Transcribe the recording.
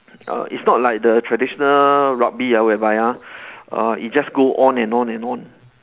err it's not like the traditional rugby ya whereby ah err it just go on and on and on